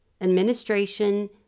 administration